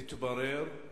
התברר,